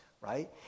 right